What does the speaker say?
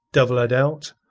devil a doubt.